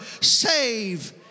save